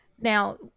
Now